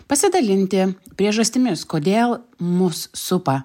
pasidalinti priežastimis kodėl mus supa